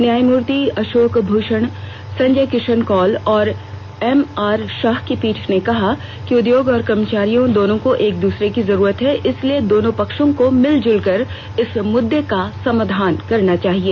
न्यायमूर्ति अशोक भूषण संजय किशन कौल और M R Shah की पीठ ने कहा कि उदयोगों और कर्मचारियों दोनों को एक दूसरे की जरूरत है इसलिए दोनों पक्षों को मिलजुल कर इस मुद्दे का समाधान करना चाहिए